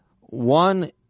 One